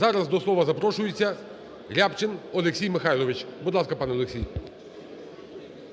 Зараз до слова запрошується Рябчин Олексій Михайлович. Будь ласка, пане Олексій.